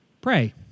Pray